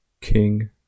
king